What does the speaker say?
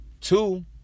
Two